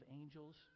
angels